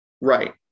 Right